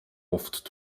oft